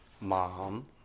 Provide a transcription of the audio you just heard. Mom